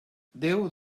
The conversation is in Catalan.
déu